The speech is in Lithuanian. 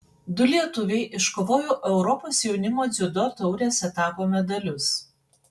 du lietuviai iškovojo europos jaunimo dziudo taurės etapo medalius